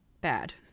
Bad